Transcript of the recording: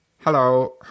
Hello